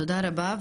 תודה רבה,